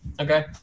okay